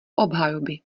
obhajoby